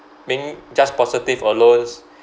being just positive alone